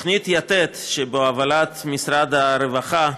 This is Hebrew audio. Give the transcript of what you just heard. תוכנית יתד שבהובלת מפעל הרווחה,